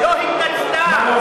ככה נוהגת מדינה?